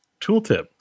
tooltip